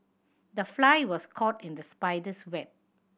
the fly was caught in the spider's web